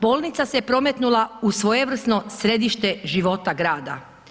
Bolnica se prometnula u svojevrsno središte života grada.